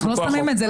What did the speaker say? אנחנו לא שמים את זה,